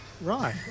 Right